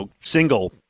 single